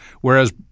whereas